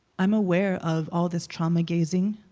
i'm aware of all this trauma gazing.